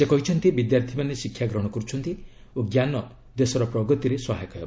ସେ କହିଛନ୍ତି ବିଦ୍ୟାର୍ଥୀମାନେ ଶିକ୍ଷା ଗ୍ରହଣ କର୍ଚ୍ଛନ୍ତି ଓ ଜ୍ଞାନ ଦେଶର ପ୍ରଗତିରେ ସହାୟକ ହେବ